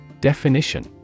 Definition